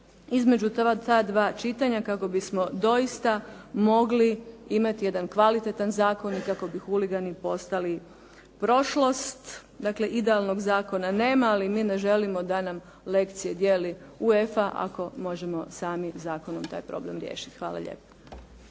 između ta 2 čitanja kako bismo doista mogli imati jedan kvalitetan zakon i kako bi huligani postali prošlost. Dakle, idealnog zakona nema, ali mi ne želimo da nam lekcije dijeli UEFA ako možemo sami zakonom taj problem riješiti. Hvala lijepa.